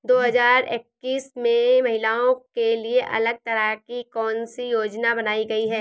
दो हजार इक्कीस में महिलाओं के लिए अलग तरह की कौन सी योजना बनाई गई है?